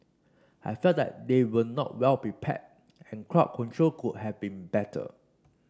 I felt that they were not well prepared and crowd control could have been better